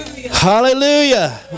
hallelujah